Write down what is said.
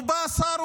ובא השר,